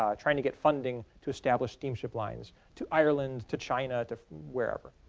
um trying to get funding to establish steamship lines to ireland, to china, to wherever.